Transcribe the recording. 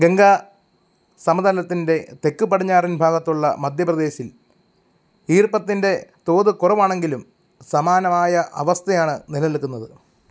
ഗംഗാ സമതലത്തിൻ്റെ തെക്കുപടിഞ്ഞാറൻ ഭാഗത്തുള്ള മധ്യ പ്രദേശിൽ ഈർപ്പത്തിൻ്റെ തോത് കുറവാണെങ്കിലും സമാനമായ അവസ്ഥയാണ് നിലനിൽക്കുന്നത്